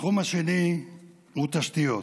התחום השני הוא תשתיות.